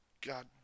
god